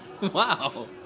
Wow